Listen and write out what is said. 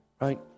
Right